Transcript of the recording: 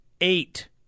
Eight